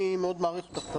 אני מאוד מעריך אותך,